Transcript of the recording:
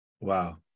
Wow